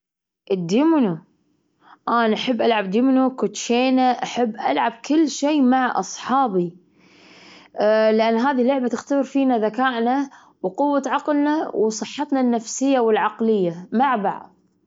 أكبر حيوان رأيته من قبل كان فيلا في حديقة الحيوان. كان ذلك أثناء رحلة مع عائلتي قبل بضع سنوات. كان مشهدا مدهشا لرؤية هذا الكائن الضخم يتحرك بهدوء وثقة!